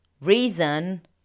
reason